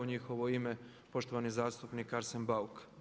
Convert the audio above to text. U njihovo ime, poštovani zastupnik Arsen Bauk.